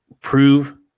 prove